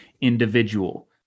individual